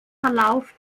verlauf